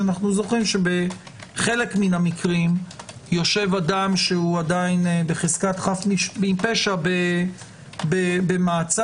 בחלק מהמקרים יושב אדם שהוא עדיין בחזקת חף מפשע במעצר,